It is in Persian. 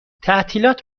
تعطیلات